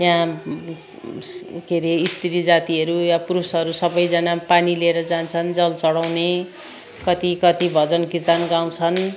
त्यहाँ के अरे स्त्री जातिहरू या पुरूषहरू सबैजना पानी लिएर जान्छन् जल चढाउने कति कति भजन कीर्तन गाउँछन्